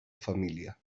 familia